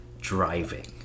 driving